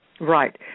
Right